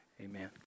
Amen